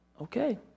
Okay